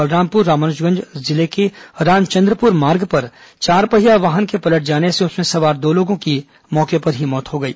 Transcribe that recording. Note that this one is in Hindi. बलरामपुर रामानुजगंज जिले के रामचंद्रपुर मार्ग पर चारपहिया वाहन के पलट जाने से उसमें सवार दो लोगों की मौत हो गई